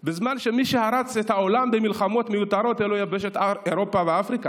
בזמן שמי שהרס את העולם במלחמות מיותרות אלו יבשות אירופה ואמריקה.